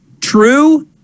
true